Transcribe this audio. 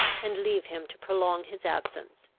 and leave him to prolong his absence,